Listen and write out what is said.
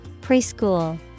Preschool